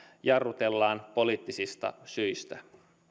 jarrutellaan poliittisista syistä